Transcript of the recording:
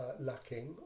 lacking